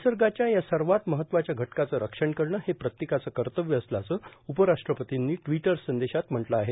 निसर्गाच्या या सर्वात महत्त्वाच्या घटकाचं रक्षण करणं हे प्रत्येकाचं कर्तव्य असल्याचं उपराष्ट्रपतींनी ट्विटर संदेशात म्हटलं आहे